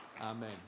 Amen